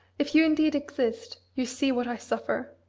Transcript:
if you indeed exist, you see what i suffer.